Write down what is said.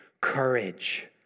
courage